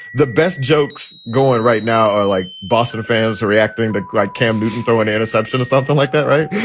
the best jokes going right now are like boston fans are reacting to but great cam newton throw an interception or something like that. right.